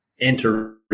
enter